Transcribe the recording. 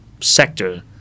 sector